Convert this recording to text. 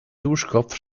duschkopf